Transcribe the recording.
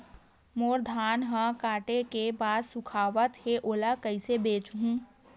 मोर धान ह काटे के बाद सुखावत हे ओला कइसे बेचहु?